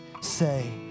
say